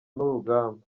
n’urugamba